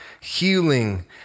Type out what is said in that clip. healing